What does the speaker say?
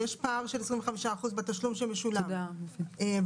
ויש פער של 25% בתשלום שמשולם ואנחנו,